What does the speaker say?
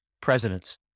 presidents